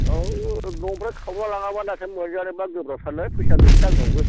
औ न'निफ्राय खावना लाङाबा दा एसे मोनजानोआ गोब्राबथारलै फैसा गैथ्रा आंनावबो